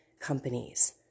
companies